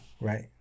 right